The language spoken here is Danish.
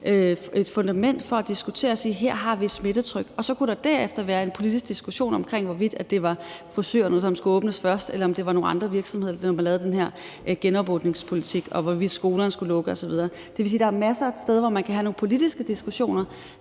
fundament for at diskutere det og sige: Her har vi et smittetryk. Så kunne der derefter være en politisk diskussion om, hvorvidt det var frisørerne, som skulle åbne først, eller om det var nogle andre virksomheder, da man lavede den her genåbningspolitik, og hvorvidt skolerne skulle lukke, osv. Det vil sige, at der er masser af steder, hvor man kan have nogle politiske diskussioner,